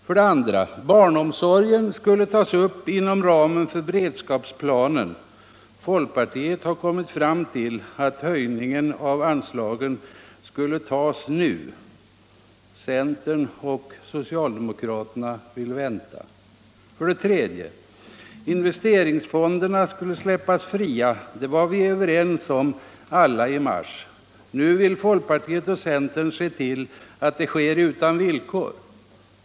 För det andra skulle barnomsorgen tas upp inom ramen för beredskapsplanen. Folkpartiet har kommit fram till att höjningen av anslagen skall tas ut nu. Centern och socialdemokraterna vill vänta. För det tredje var vi alla i mars överens om att investeringsfonderna skulle släppas fria. Nu vill folkpartiet och centern se till att det sker utan villkor.